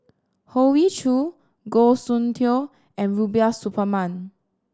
Hoey Choo Goh Soon Tioe and Rubiah Suparman